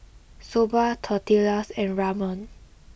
soba tortillas and ramen